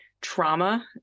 trauma